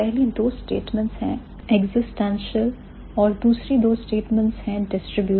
तो पहली दो स्टेटमेंट्स हैं existential और दूसरी दो statements हैं distributional